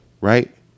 Right